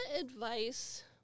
advice